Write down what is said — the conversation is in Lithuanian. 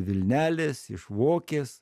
vilnelės iš vokės